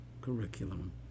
curriculum